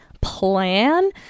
plan